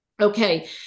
Okay